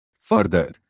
Further